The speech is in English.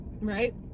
Right